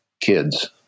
kids